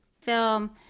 film